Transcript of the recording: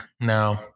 no